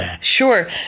Sure